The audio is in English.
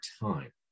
time